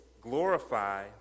glorify